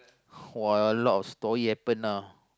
uh a lot of story happen lah